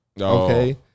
Okay